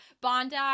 Bondi